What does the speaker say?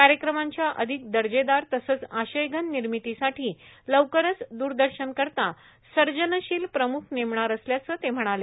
कार्यक्रमाच्या अधिक दर्जेदार तसंच आशयघन निर्मितीसाठी लवकरच दूरदर्शनकरिता सर्जनशील प्रम्ख नेमणार असल्याचं ते म्हणाले